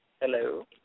Hello